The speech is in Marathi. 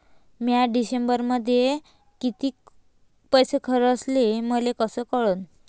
म्या डिसेंबरमध्ये कितीक पैसे खर्चले मले कस कळन?